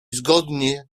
zgodnie